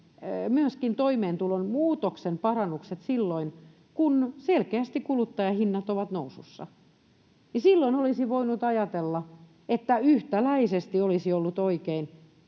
myöskin toimeentulon muutoksen parannukset silloin, kun selkeästi kuluttajahinnat ovat nousussa, niin silloin olisi voinut ajatella, että yhtäläisesti olisi ollut oikein